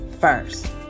first